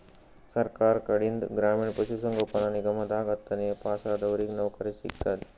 ಸರ್ಕಾರ್ ಕಡೀನ್ದ್ ಗ್ರಾಮೀಣ್ ಪಶುಸಂಗೋಪನಾ ನಿಗಮದಾಗ್ ಹತ್ತನೇ ಪಾಸಾದವ್ರಿಗ್ ನೌಕರಿ ಸಿಗ್ತದ್